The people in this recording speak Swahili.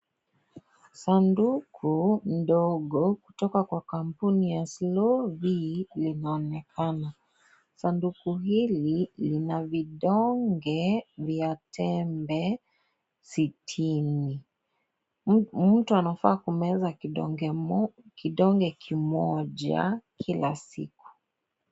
Sanduku ndogo kutoka kampuni ya slow fe limeonekana ,sanduku hili lina vidonge vya tembe sitini, mtu anafaa kumeza kidonge kimoja kila siku.